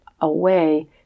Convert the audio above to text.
away